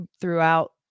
throughout